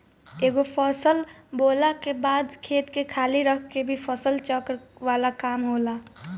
एगो फसल बोअला के बाद खेत के खाली रख के भी फसल चक्र वाला काम होला